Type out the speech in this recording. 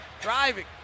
driving